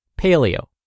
Paleo